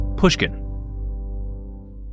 Pushkin